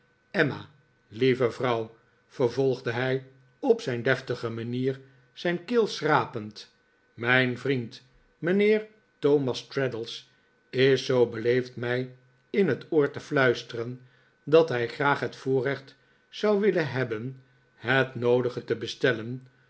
emma lieve vrouw vervolgde hij op zijn deftige manier zijn keel schrapend mijn vriend mijnheer thomas traddles is zoo beleefd mij in het oor te fluisteren dat hij graag het voorrecht zou willen hebben het noodige te bestellen